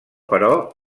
però